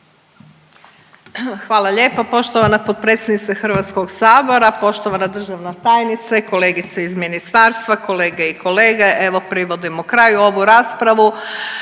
Hvala lijepo poštovana potpredsjednice Hrvatskog sabora, poštovana državna tajnice, kolegice iz ministarstva, kolege i kolege. Evo privodimo kraju ovu raspravu.